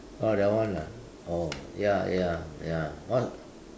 oh that one ah oh ya ya ya what